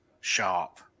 sharp